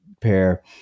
pair